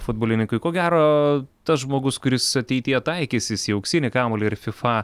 futbolininkui ko gero tas žmogus kuris ateityje taikysis į auksinį kamuolį ir fifa